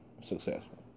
successful